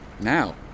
Now